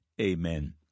Amen